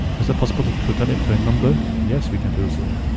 is it possible to to turn it to a number? yes, we can do so